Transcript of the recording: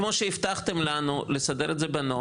כמו שהבטחתם לו לסדר את זה בנוהל,